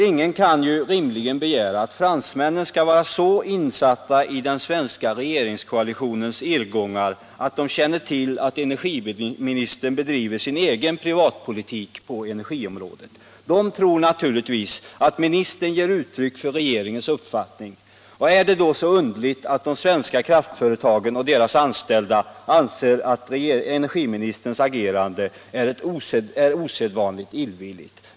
Ingen kan ju rimligen begära att fransmännen skall vara så insatta i den svenska regeringskoalitionens irrgångar att de känner till att energiministern bedriver sin egen privata politik på energiområdet. De tror naturligtvis att ministern ger uttryck för regeringens uppfattning. Är det då så underligt att de svenska kraftföretagen och deras anställda anser att energiministerns agerande är osedvanligt illvilligt?